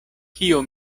kio